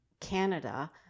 Canada